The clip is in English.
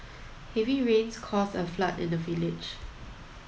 heavy rains caused a flood in the village